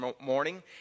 morning